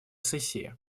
сессии